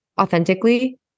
authentically